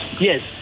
yes